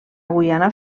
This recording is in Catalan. guyana